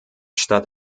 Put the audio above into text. statt